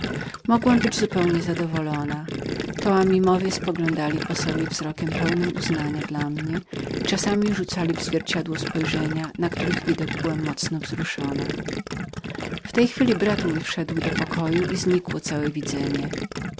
mogłam być zupełnie zadowoloną taminowie spoglądali po sobie wzrokiem potwierdzającym moje słowa i czasami rzucali w zwierciadło spojrzenia na widok których byłam mocno wzruszoną w tej chwili brat mój wszedł do pokoju i znikło całe widzenie